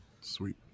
Sweet